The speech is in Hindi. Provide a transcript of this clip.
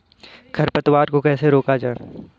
खरपतवार को कैसे रोका जाए?